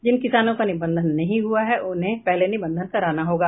जिन किसानों का निबंधन नहीं हुआ है उन्हें पहले निबंधन कराना होगा